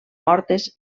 mortes